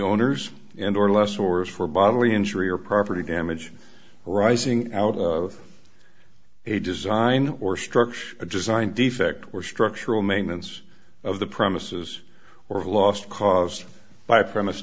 owners and or less source for bodily injury or property damage arising out of a design or structure a design defect or structural maintenance of the premises or a lost cause by premise